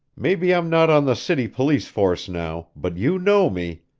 maybe i'm not on the city police force now, but you know me!